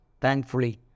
Thankfully